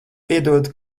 piedod